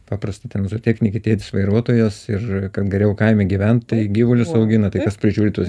paprasta ten zootechnikė tėtis vairuotojas ir kad geriau kaime gyvent tai gyvulius augina tai kas prižiūri tuos